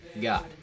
God